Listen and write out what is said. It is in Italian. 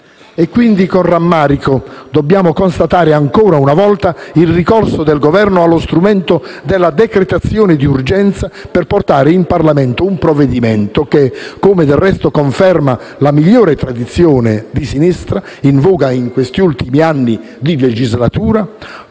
Quindi con rammarico dobbiamo constatare ancora una volta il ricorso del Governo allo strumento della decretazione d'urgenza per portare in Parlamento un provvedimento che, come del resto conferma la migliore tradizione di sinistra in voga in questi ultimi anni di legislatura,